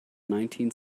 nineteen